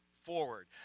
forward